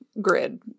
grid